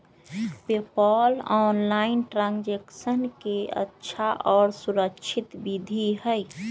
PayPal online transaction के अच्छा और सुरक्षित विधि हई